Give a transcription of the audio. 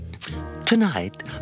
Tonight